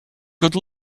good